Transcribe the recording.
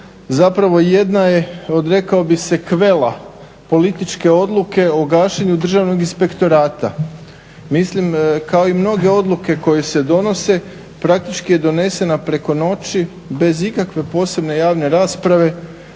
zapravo jedna je od rekao bih se quela političke odluke o gašenju Državnog inspektorata. Mislim kao i mnoge odluke koje se donose praktički je donesena preko noći bez ikakve posebne javne rasprave,